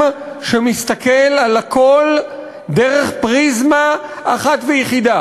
שמסתכל על הכול דרך פריזמה אחת ויחידה: